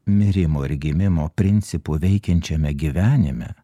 mirimo ir gimimo principo veikiančiame gyvenime